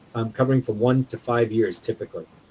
um, covering from one to five years, typically.